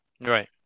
right